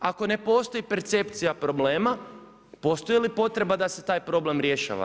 Ako ne postoji percepcija problema postoji li potreba da se taj problem rješava?